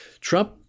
Trump